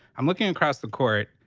i'm looking across the court.